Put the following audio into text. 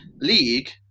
league